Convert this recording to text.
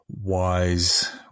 wise